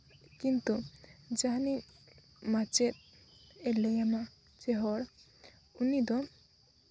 ᱠᱤᱱᱛᱩ ᱡᱟᱦᱟᱱᱤᱡ ᱢᱟᱪᱮᱫ ᱮ ᱞᱟᱹᱭ ᱟᱢᱟ ᱡᱮ ᱦᱚᱲ ᱩᱱᱤ ᱫᱚ